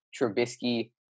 Trubisky